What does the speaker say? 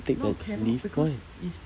the the forklift why